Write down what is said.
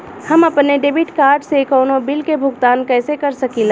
हम अपने debit card से कउनो बिल के भुगतान कइसे कर सकीला?